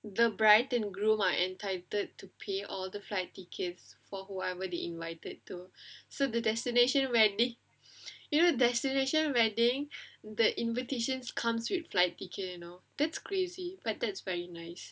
the bride and groom are entitled to pay all the flight tickets for whoever they invited to so the destination where they you know destination wedding the invitations comes with flight ticket you know that's crazy but that's very nice